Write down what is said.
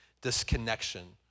disconnection